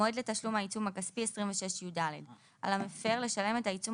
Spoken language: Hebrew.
26ידהמועד לתשלום העיצום הכספי על המפר לשלחם את העיצום